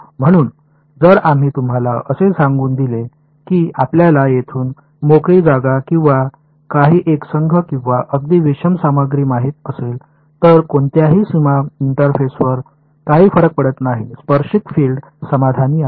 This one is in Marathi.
म्हणून जर आम्ही तुम्हाला असे सांगून दिले की आपल्याला येथून मोकळी जागा किंवा काही एकसंध किंवा अगदी विषम सामग्री माहित असेल तर कोणत्याही सीमा इंटरफेसवर काही फरक पडत नाही स्पर्शिक फील्ड समाधानी आहेत